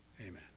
Amen